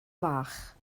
fach